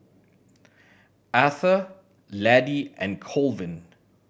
Atha Laddie and Colvin